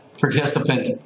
participant